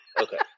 Okay